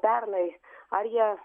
pernai ar jie